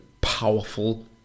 powerful